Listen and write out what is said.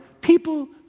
people